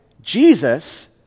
Jesus